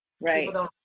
Right